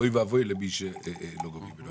אוי ואבוי למי שלא גובים ממנו.